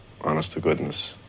honest-to-goodness